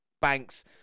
Banks